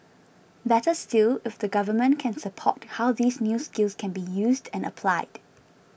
better still if the government can support how these new skills can be used and applied